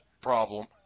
problem